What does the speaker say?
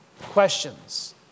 questions